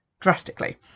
drastically